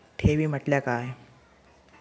ठेवी म्हटल्या काय?